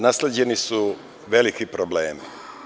Nasleđeni su veliki problemi.